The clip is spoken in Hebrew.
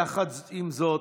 יחד עם זאת,